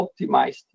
optimized